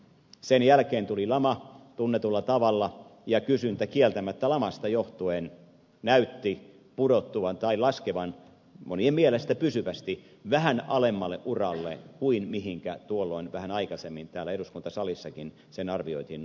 sen jälkeen tuli lama tunnetulla tavalla ja kysyntä kieltämättä lamasta johtuen näytti laskevan monien mielestä pysyvästi vähän alemmalle uralle kuin tuolloin vähän aikaisemmin täällä eduskuntasalissakin sen arvioitiin nousevan